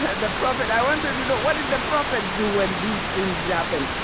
the prophet. i wanted to know, what did the prophets do when these things happened?